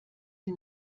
sie